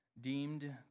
Deemed